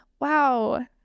wow